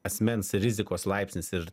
asmens rizikos laipsnis ir